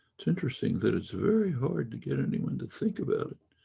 it's interesting that it's very hard to get anyone to think about it.